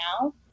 now